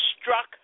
struck